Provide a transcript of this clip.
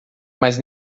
mas